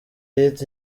hit